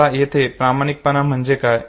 आता येथे प्रामाणिकपणा म्हणजे काय